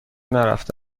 نرفته